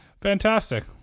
Fantastic